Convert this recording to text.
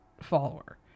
follower